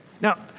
Now